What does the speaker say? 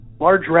large